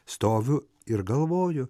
stoviu ir galvoju